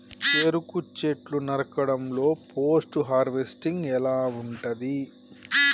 చెరుకు చెట్లు నరకడం లో పోస్ట్ హార్వెస్టింగ్ ఎలా ఉంటది?